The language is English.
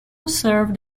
served